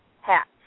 hats